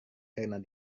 karena